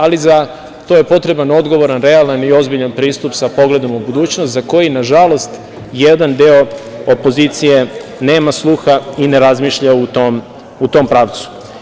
Ali, za to je potreban odgovoran, realan i ozbiljan pristup sa pogledom u budućnost za koji na žalost jedan deo opozicije nema sluha i ne razmišlja u tom pravcu.